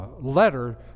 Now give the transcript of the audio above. letter